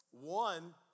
One